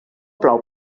plou